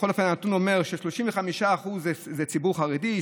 בכל אופן ש-35% זה ציבור חרדי,